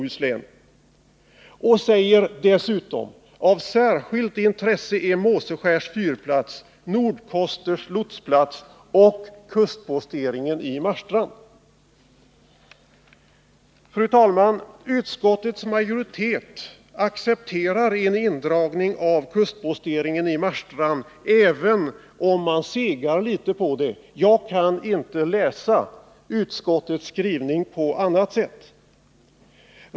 Utredningen säger dessutom: ”Av särskilt intresse är Måseskärs fyrplats, Nordkosters lotsplats och kustposteringen i Marstrand.” Fru talman! Utskottets majoritet accepterar en indragning av kustposteringen i Marstrand, även om man segar litet på det — jag kan inte läsa utskottets skrivning på annat sätt.